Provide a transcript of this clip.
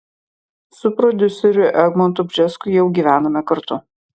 su prodiuseriu egmontu bžesku jau gyvename kartu